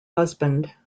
husband